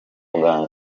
bwanjye